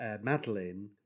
Madeline